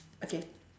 okay